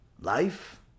Life